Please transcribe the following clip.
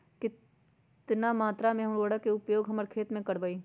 कितना मात्रा में हम उर्वरक के उपयोग हमर खेत में करबई?